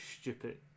stupid